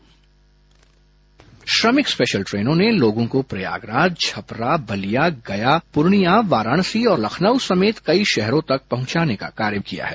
sound bite Shramik special ट्रेनों ने लोगों को प्रयागराज छपरा बलिया गया पूर्णियां वाराणसी और लखनऊ समेत कई शहरों तक पहुंचाने का कार्य किया है